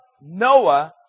Noah